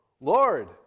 Lord